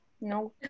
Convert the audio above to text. no